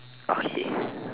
okay